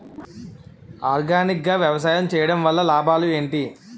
Organic గా వ్యవసాయం చేయడం వల్ల లాభాలు ఏంటి?